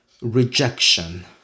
rejection